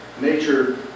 Nature